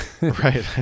Right